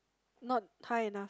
not high enough